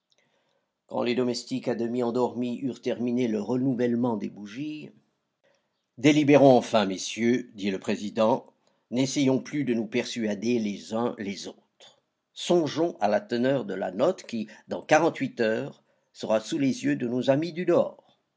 quand les domestiques à demi endormis eurent terminé le renouvellement des bougies délibérons enfin messieurs dit le président n'essayons plus de nous persuader les uns les autres songeons à la teneur de la note qui dans quarante-huit heures sera sous les yeux de nos amis du